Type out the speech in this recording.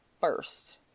first